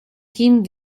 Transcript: king